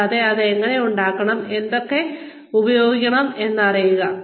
കൂടാതെ അത് എങ്ങനെ ഉണ്ടാക്കണം ഏതൊക്കെ ഉപയോഗിക്കണം എന്ന് അറിയുക